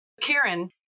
Karen